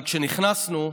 אבל כשנכנסנו,